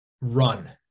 run